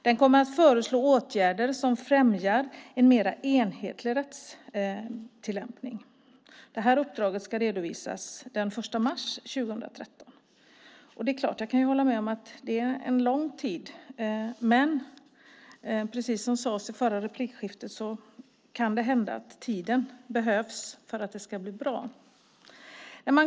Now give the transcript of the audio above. Den kommer att föreslå åtgärder som främjar en mer enhetlig rättstillämpning. Uppdraget ska redovisas den 1 mars 2013. Jag kan hålla med om att det är en lång tid, men precis som sades i förra replikskiftet kan det hända att tiden behövs för att det ska bli bra.